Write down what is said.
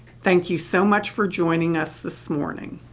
thank you so much for joining us this morning.